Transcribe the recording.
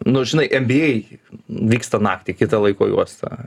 nu žinai nba vyksta naktį kita laiko juosta